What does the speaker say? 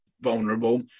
vulnerable